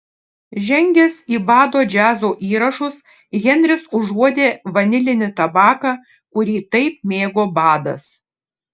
žengęs į bado džiazo įrašus henris užuodė vanilinį tabaką kurį taip mėgo badas